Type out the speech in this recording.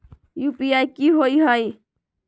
UPI कि होअ हई?